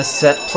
set